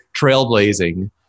trailblazing